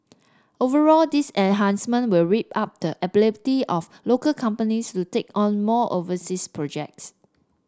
overall these enhancements will ramp up the ability of local companies to take on more overseas projects